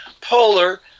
polar